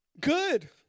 Good